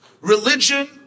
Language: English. Religion